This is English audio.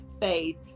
faith